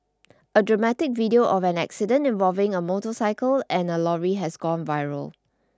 a dramatic video of an accident involving a motorcycle and a lorry has gone viral